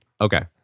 Okay